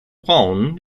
braun